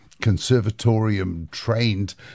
conservatorium-trained